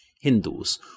Hindus